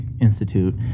Institute